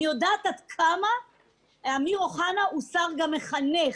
אני יודעת כמה אמיר אוחנה הוא שר גם מחנך,